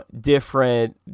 different